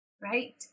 Right